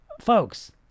folks